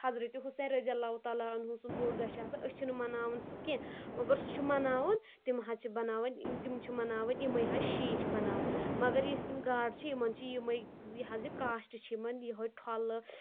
حضرٕتہِ حسین رضِی اللہ تَعالیٰ عَنہُ سُنٛد بوٚڑ دۄہ چھِ آسان أسۍ چھِنہٕ مَناوان سُہ کینٛہہ مگر سُہ چھُ مَناوُن تِم حظ چھِ بَناوٕنۍ تِم چھِ مَناوٕنۍ یِمےٚ حظ شی چھِ بَناوان مگر یُس یِم گاڈٕ چھِ یِمَن چھِ یِمے یہِ حظ یہِ کاسٹ چھِ یِمَن یِہوے ٹھۄلہٕ